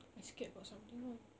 I scared got something on